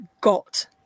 got